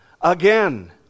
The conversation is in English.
again